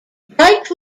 bright